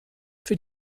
für